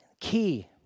Key